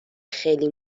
خیلی